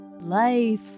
Life